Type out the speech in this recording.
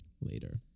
later